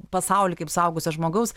pasaulį kaip suaugusio žmogaus